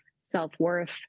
self-worth